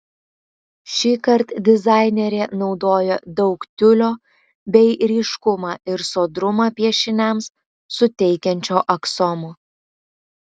šįkart dizainerė naudoja daug tiulio bei ryškumą ir sodrumą piešiniams suteikiančio aksomo